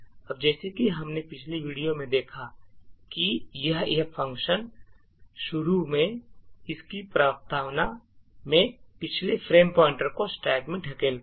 अब जैसा कि हमने पिछले वीडियो में देखा है कि यह फंक्शन शुरू में इसकी प्रस्तावना में पिछले फ्रेम पॉइंटर को स्टैक में धकेलता है